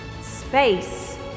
Space